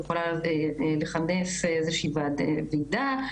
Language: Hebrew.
היא יכולה לכנס איזו שהיא ועדה,